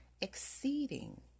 exceeding